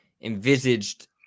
envisaged